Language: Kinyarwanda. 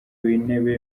w’intebe